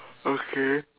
okay